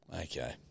Okay